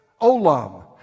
olam